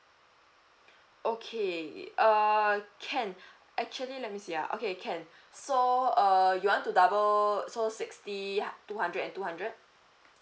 okay uh can actually let me see ah okay can so uh you want to double so sixty two hundred and two hundred